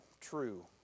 true